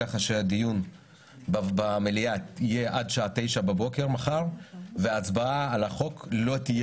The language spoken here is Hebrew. כך שהדיון במליאה יהיה עד שעה 09:00 בבוקר מחר וההצבעה על החוק לא תהיה